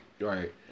right